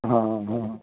ਹਾਂ ਹਾਂ